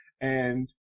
And-